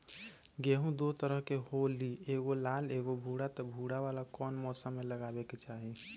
गेंहू दो तरह के होअ ली एगो लाल एगो भूरा त भूरा वाला कौन मौसम मे लगाबे के चाहि?